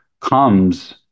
comes